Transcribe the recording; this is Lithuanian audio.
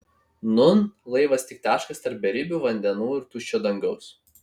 nūn laivas tik taškas tarp beribių vandenų ir tuščio dangaus